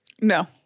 No